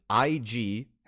IG